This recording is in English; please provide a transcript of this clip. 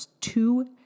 two